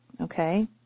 okay